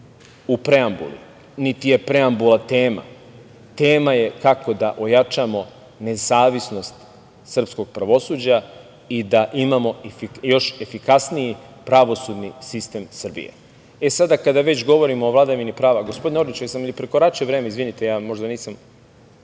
u preambuli niti je preambula tema, tema je kako da ojačamo nezavisnost srpskog pravosuđa i da imamo još efikasniji pravosudni sistem Srbije. Sada kad već govorimo o vladavini prava, gospodine Orliću, da li sam prekoračio vreme, izvinite ja možda nisam,